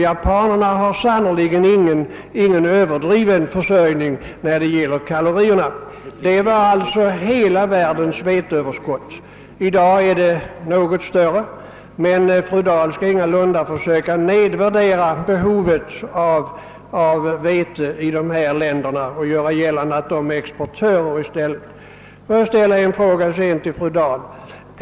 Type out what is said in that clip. Japanerna har sannerligen ingen överdriven försörjning av kalorier. Det var alltså fråga om hela världens veteöverskott. I dag är detta överskott något större, men fru Dahl skall ingalunda försöka nedvärdera behovet av vete i dessa länder och göra gällande att de tvärtom är exportörer. Får jag sedan ställa en fråga till fru Dahl.